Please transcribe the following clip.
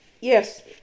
Yes